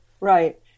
Right